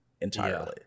entirely